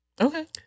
okay